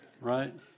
Right